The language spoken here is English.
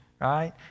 right